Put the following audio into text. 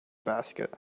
basket